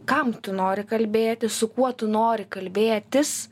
kam tu nori kalbėti su kuo tu nori kalbėtis